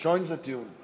שוין זה טיעון.